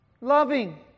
Loving